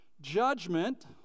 judgment